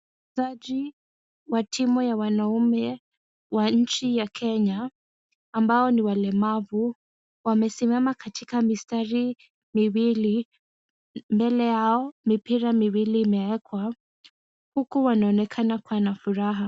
Wachezaji watimu ya wanaumu wa nchi ya kenya ambao ni walemavu, wamesimama katika mistari miwili mbele yao mipira miwili imewekwa huku wanaonekana wakiwa na furaha.